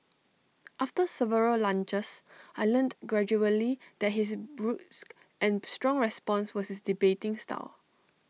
after several lunches I learnt gradually that his brusque and strong response was his debating style